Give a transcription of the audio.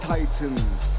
Titans